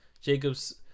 Jacobs